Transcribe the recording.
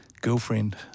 girlfriend